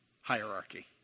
hierarchy